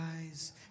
eyes